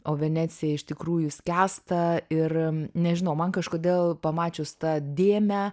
o venecija iš tikrųjų skęsta ir nežinau man kažkodėl pamačius tą dėmę